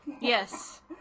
Yes